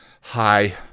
hi